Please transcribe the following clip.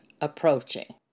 approaching